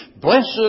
Blessed